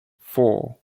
four